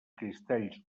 cristalls